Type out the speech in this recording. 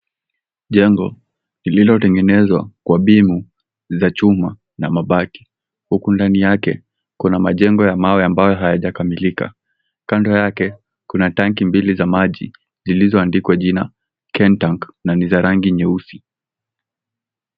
Jengo lililotengenewzwa kwa bimu za chuma na mabati huku ndani yake kuna majengo ya mawe ambayo hayajakamilika kando yake kuna tanki mbili za maji zilizoandikwa jina ken tank na ni za rangi nyeusi.